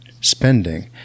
spending